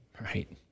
Right